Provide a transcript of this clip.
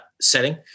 setting